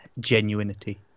genuinity